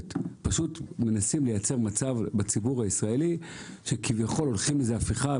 אלא מנסים לייצר מצב בציבור הישראלי לפיו כביכול הולכים להפיכה.